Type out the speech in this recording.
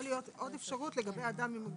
43.תחולה הדרגתית במשך תקופה של חמש שנים מיום התחילה,